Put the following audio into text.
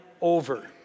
over